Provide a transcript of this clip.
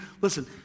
listen